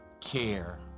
care